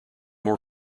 more